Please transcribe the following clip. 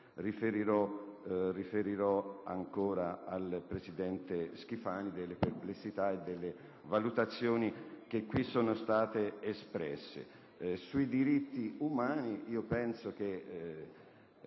riferirò al presidente Schifani delle perplessità e delle valutazioni che qui sono state espresse. Circa i diritti umani, spesso il